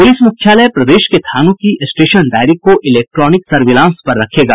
police मुख्यालय प्रदेश के थानों की स्टेशन डायरी को इलेक्ट्रॉनिक सर्विलांस पर रखेगा